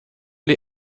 les